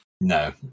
No